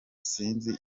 sinzi